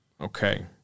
okay